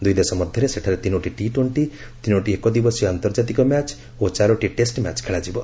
ଦୁଇ ଦେଶ ମଧ୍ୟରେ ସେଠାରେ ତିନୋଟି ଟି ଟୋର୍କି ତିନୋଟି ଏକ ଦିବସୀୟ ଆନ୍ତର୍ଜାତିକ ମ୍ୟାଚ୍ ଓ ଚାରୋଟି ଟେଷ୍ଟ ମ୍ୟାଚ୍ ଖେଳାଯିବ